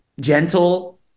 gentle